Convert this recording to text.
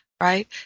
Right